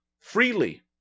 Freely